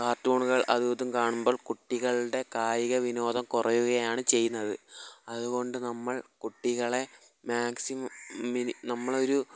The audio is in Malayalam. കാര്ട്ടൂണുകള് അതുമിതും കാണുമ്പോൾ കുട്ടികളുടെ കായിക വിനോദം കുറയുകയാണ് ചെയ്യുന്നത് അതുകൊണ്ട് നമ്മൾ കുട്ടികളെ മാക്സിം മിനി നമ്മളൊരു